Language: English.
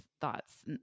thoughts